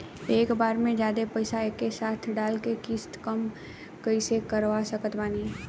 एके बार मे जादे पईसा एके साथे डाल के किश्त कम कैसे करवा सकत बानी?